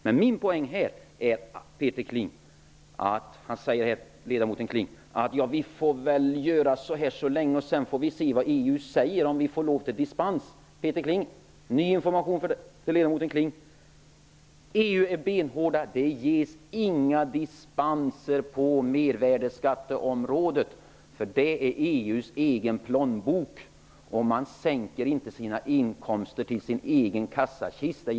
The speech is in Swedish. Ledamoten Kling säger att vi väl får se om EU ger lov till dispens. EU är benhårt -- det ges inga dispenser på mervärdesskatteområdet, eftersom det är EU:s egen plånbok. Man sänker inte inkomsterna till sin egen kassakista.